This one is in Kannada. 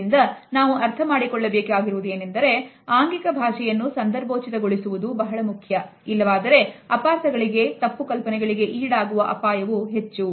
ಇದರಿಂದ ನಾವು ಅರ್ಥಮಾಡಿಕೊಳ್ಳಬೇಕಾಗಿದೆ ಏನೆಂದರೆ ಆಂಗಿಕ ಭಾಷೆಯನ್ನು ಸಂದರ್ಭೋಚಿತ ಗೊಳಿಸುವುದು ಬಹಳ ಮುಖ್ಯ ಇಲ್ಲವಾದರೆ ಅಪಾರ್ಥಗಳಿಗೆ ತಪ್ಪು ಕಲ್ಪನೆಗಳಿಗೆ ಈಡಾಗುವ ಅಪಾಯವು ಹೆಚ್ಚು